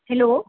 hello